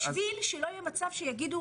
כדי שלא יהיה מצב שיגידו